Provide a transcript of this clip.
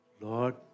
Lord